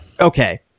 Okay